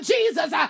Jesus